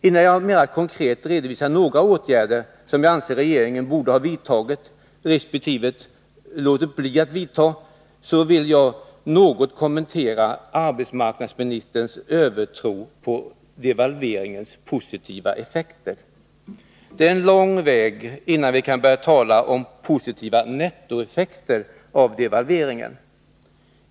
Innan jag mera konkret redovisar några åtgärder som jag anser att regeringen borde ha vidtagit resp. borde ha låtit bli att vidta, vill jag något kommentera arbetsmarknadsministerns övertro på devalveringens positiva effekter. Det är en lång väg kvar, innan vi kan börja tala om positiva nettoeffekter av devalveringen.